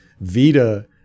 Vita